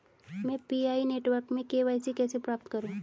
मैं PI network में KYC कैसे प्राप्त करूँ?